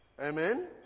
Amen